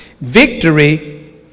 Victory